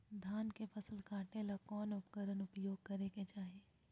धान के फसल काटे ला कौन उपकरण उपयोग करे के चाही?